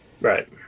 right